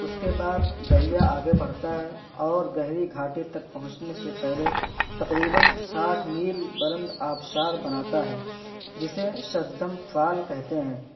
اس کے بعد دریا آگے بڑھتا ہے اور گہری گھاٹی تک پہنچنے سے پہلے تقریباً ساٹھ میل بلند آبشار بناتا ہے جسے شدتھم فال کہتے ہیں